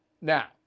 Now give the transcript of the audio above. Now